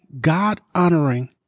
God-honoring